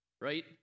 right